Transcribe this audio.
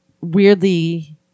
Weirdly